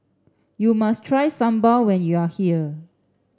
you must try sambal when you are here